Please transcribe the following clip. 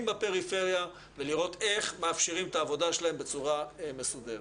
בפריפריה ולראות איך מאפשרים את העבודה שלהם בצורה מסודרת.